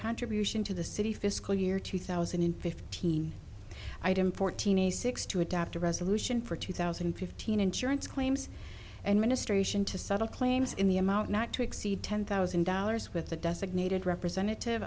contribution to the city fiscal year two thousand and fifteen item fourteen a six to adopt a resolution for two thousand and fifteen insurance claims and ministration to settle claims in the amount not to exceed ten thousand dollars with the designated representative